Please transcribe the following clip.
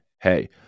hey